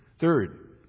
Third